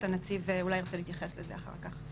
הנציג אולי ירצה להתייחס לזה אחר כך.